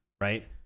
right